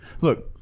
Look